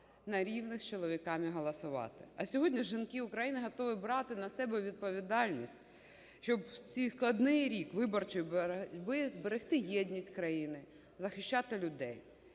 на рівні з чоловіками голосувати, а сьогодні жінки України готові брати на себе відповідальність, щоб в цей складний рік виборчої боротьби зберегти єдність країни, захищати людей.